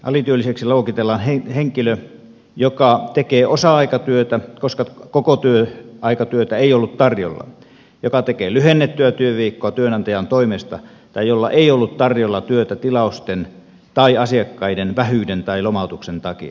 alityölliseksi luokitellaan henkilö joka tekee osa aikatyötä koska kokoaikatyötä ei ollut tarjolla joka tekee lyhennettyä työviikkoa työnantajan toimesta tai jolla ei ollut tarjolla työtä tilausten tai asiakkaiden vähyyden tai lomautuksen takia